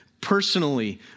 personally